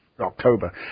October